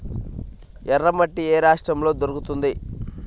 ఎర్రమట్టి ఏ రాష్ట్రంలో దొరుకుతుంది?